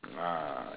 ah